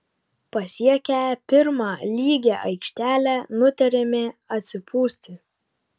pasiekę pirmą lygią aikštelę nutarėme atsipūsti